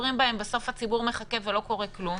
שמדברים בהם בסוף הציבור מחכה ולא קורה כלום.